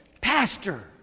pastor